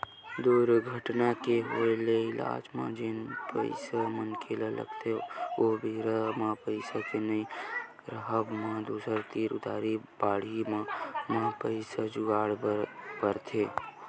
दुरघटना के होय ले इलाज म जेन पइसा मनखे ल लगथे ओ बेरा म पइसा के नइ राहब म दूसर तीर उधारी बाड़ही म पइसा जुगाड़े बर परथे